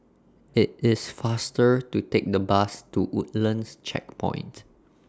IT IS faster to Take The Bus to Woodlands Checkpoint